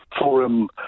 forum